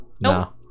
no